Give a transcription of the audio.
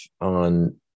on